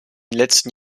letzten